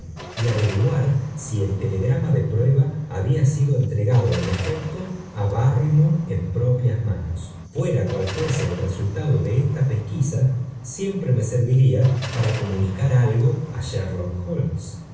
y averiguar bí el telegrama de prueba habla sido entregado en efecto á barrymore en propias manos fuera cual fuese el resultado de esta pesquisa siempre me serviría para comunicar algo á sherlock holmes